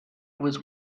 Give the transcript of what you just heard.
was